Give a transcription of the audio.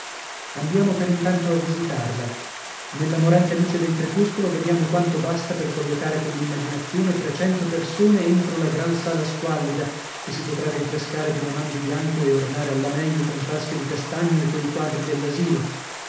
andiamo per intanto a visitarla nella morente luce del crepuscolo vediamo quanto basta per collocare coll'immaginazione trecento persone entro la gran sala squallida che si potrà rinfrescare d'una man di bianco e ornare alla meglio con frasche di castagno e coi quadri